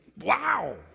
Wow